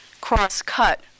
cross-cut